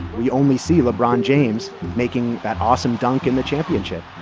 we only see lebron james making that awesome dunk in the championship